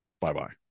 Bye-bye